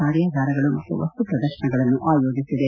ಕಾರ್ಯಾಗಾರಗಳು ಮತ್ತು ವಸ್ತು ಪ್ರದರ್ಶನಗಳನ್ನು ಆಯೋಜಿಸಿದೆ